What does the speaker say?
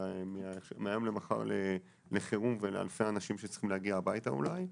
מהיום למחר לחירום ולאלפי אנשים שצריך להגיע אליהם הביתה אולי.